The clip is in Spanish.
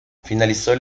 finalizó